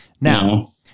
Now